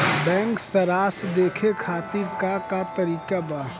Bank सराश देखे खातिर का का तरीका बा?